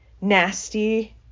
nasty